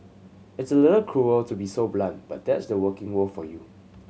it's a little cruel to be so blunt but that's the working world for you